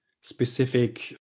specific